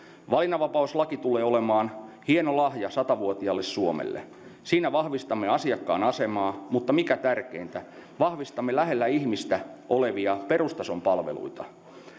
valinnanvapauslaki tulee olemaan hieno lahja sata vuotiaalle suomelle siinä vahvistamme asiakkaan asemaa mutta mikä tärkeintä vahvistamme lähellä ihmistä olevia perustason palveluita